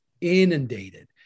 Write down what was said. inundated